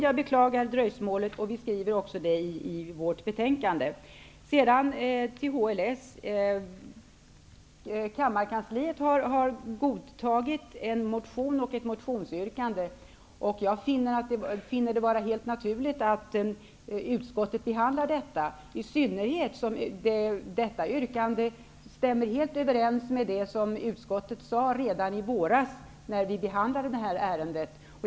Jag beklagar dröjsmålet. Vi skriver också det i vårt betänkande. När det sedan gäller HLS, har kammarkansliet godtagit en motion och ett motionsyrkande. Jag finner det helt naturligt att utskottet behandlar detta. I synnerhet som detta yrkande stämmer helt överens med vad utskottet sade redan i våras när vi behandlade detta ärende.